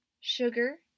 sugar